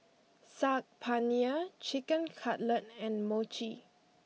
Saag Paneer Chicken Cutlet and Mochi